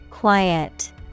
quiet